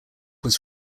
was